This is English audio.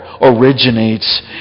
originates